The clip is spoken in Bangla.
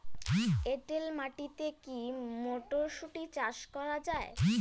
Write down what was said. এটেল মাটিতে কী মটরশুটি চাষ করা য়ায়?